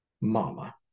Mama